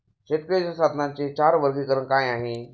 शेतीच्या साधनांचे चार वर्गीकरण काय आहे?